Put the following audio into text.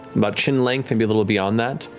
but chin length, maybe a little beyond that.